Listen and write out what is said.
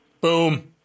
Boom